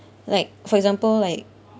like for example like